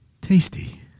tasty